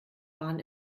bahn